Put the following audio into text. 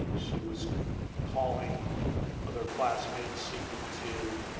she was calling other classmates seeking to